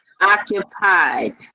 occupied